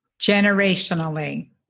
Generationally